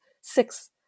six